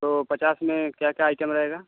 तो पचास में क्या क्या आइटम रहेगा